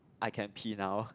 I can pee now